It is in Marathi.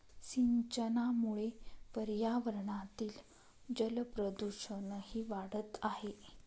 सिंचनामुळे पर्यावरणातील जलप्रदूषणही वाढत आहे